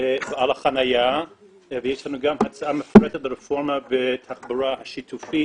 ועל החניה ויש לנו גם הצעה מפורטת לרפורמה בתחבורה השיתופית.